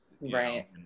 Right